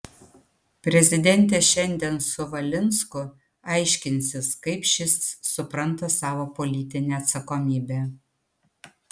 prezidentė šiandien su valinsku aiškinsis kaip šis supranta savo politinę atsakomybę